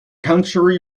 country